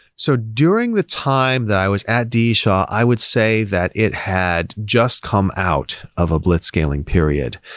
so during the time that i was at d e. shaw, i would say that it had just come out of a blitzscaling period.